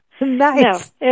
nice